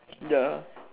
ya